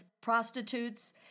prostitutes